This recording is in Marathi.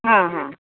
हां हां